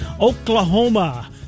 Oklahoma